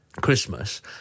Christmas